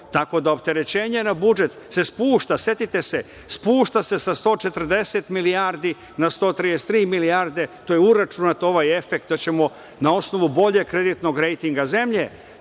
Tako da opterećenje na budžet se spušta. Setite se, spušta se sa 140 milijardi, na 133 milijarde, tu je uračunat ovaj efekt, da ćemo na osnovu boljeg kreditnog rejtniga zemlje,